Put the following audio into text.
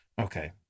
Okay